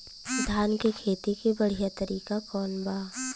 धान के खेती के बढ़ियां तरीका कवन बा?